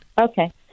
okay